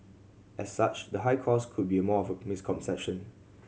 as such the high cost could be more of a misconception